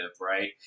right